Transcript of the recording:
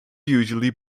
usually